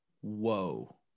Whoa